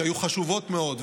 שהיו חשובות מאוד,